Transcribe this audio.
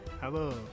Hello